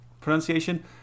pronunciation